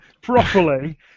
properly